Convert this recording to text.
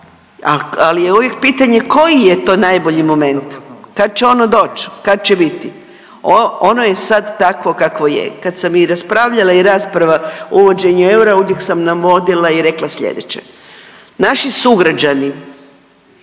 ali je uvijek pitanje koji je to najbolji moment, kad će ono doći, kad će biti? Ono je sad takvo kakvo je. Kad sam i raspravljala i rasprava o uvođenju eura, uvijek sam navodila i rekla sljedeće. Naši sugrađani